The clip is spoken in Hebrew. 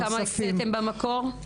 כמה הקציתם במקור?